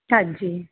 ਹਾਂਜੀ